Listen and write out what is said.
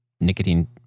nicotine